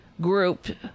group